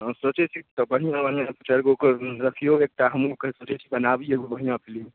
तहन सोचै छी तऽ बढ़िआँ बढ़िआँ दू चारिगोके रखिऔ एकटा हमहूँ कनि सोचै छी बनाबी एगो बढ़िआँ फिलिम